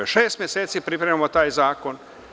Šest meseci pripremamo taj zakon.